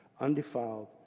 undefiled